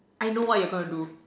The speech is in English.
I know what you are gonna do